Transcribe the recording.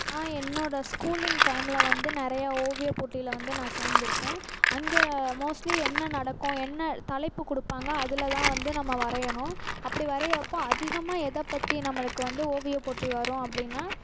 நான் என்னோட ஸ்கூலிங் டைமில் வந்து நிறைய ஓவியப் போட்டியில வந்து நான் சேர்ந்துருக்கேன் அங்கே மோஸ்ட்லி என்ன நடக்கும் என்ன தலைப்பு கொடுப்பாங்க அதுலதான் வந்து நம்ம வரையணும் அப்படி வரையுறப்போ அதிகமாக எதை பற்றி நம்மளுக்கு வந்து ஓவியப்போட்டி வரும் அப்படின்னா